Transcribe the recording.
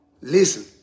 Listen